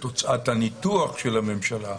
תוצאת הניתוח של הממשלה,